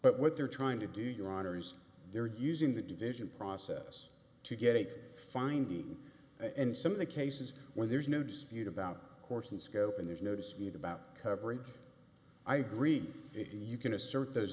but what they're trying to do your honors they're using the division process to get a finding and some of the cases where there's no dispute about course and scope and there's no dispute about coverage i agree if you can assert those